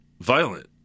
violent